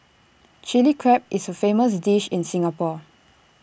Chilli Crab is A famous dish in Singapore